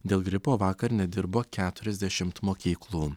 dėl gripo vakar nedirbo keturiasdešimt mokyklų